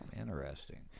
interesting